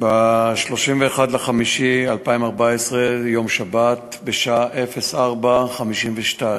ב-31 במאי 2014, שבת, בשעה 04:52,